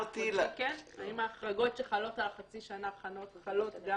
האם ההחרגות שחלות על החצי שנה חלות גם